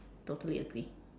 totally agree